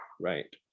right